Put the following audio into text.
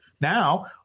now